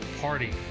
party